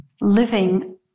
living